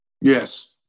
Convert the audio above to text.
Yes